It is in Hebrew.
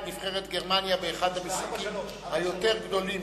את נבחרת גרמניה באחד המשחקים היותר גדולים,